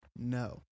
No